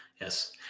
Yes